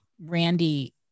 Randy